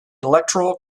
electoral